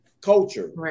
culture